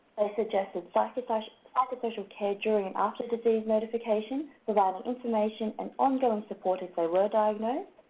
suggested suggested ah um psychosocial care during and after disease notification, providing information and ongoing support if they were diagnosed,